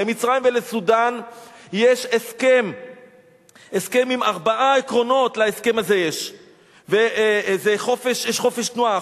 למצרים ולסודן יש הסכם עם ארבעה עקרונות: יש חופש תנועה,